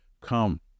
come